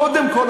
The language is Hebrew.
קודם כול,